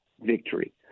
victory